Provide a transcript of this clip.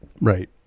right